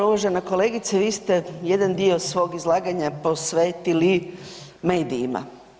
Uvažena kolegice, vi ste jedan dio svog izlaganja posvetili medijima.